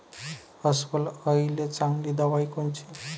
अस्वल अळीले चांगली दवाई कोनची?